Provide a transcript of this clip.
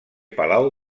palau